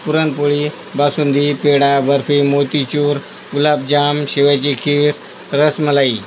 पुरणपोळी बासुंदी पेढा बर्फी मोतीचूर गुलाबजाम शेवायची खीर रसमलाई